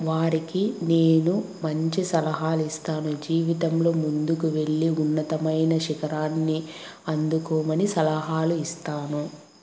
వారికి నేను మంచి సలహాలు ఇస్తాను జీవితంలో ముందుకు వెళ్ళి ఉన్నతమైన శిఖరాన్ని అందుకోమని సలహాలు ఇస్తాను